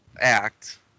act